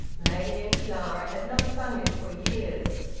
maggie and clara had not sung it for years.